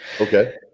Okay